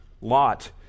Lot